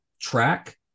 track